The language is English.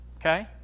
okay